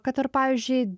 kad ir pavyzdžiui